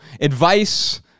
advice